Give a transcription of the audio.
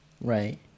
Right